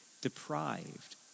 deprived